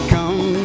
Come